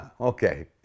okay